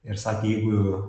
ir sakė jeigu